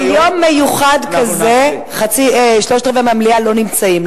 ביום מיוחד כזה, שלושה-רבעים מהמליאה לא נמצאים.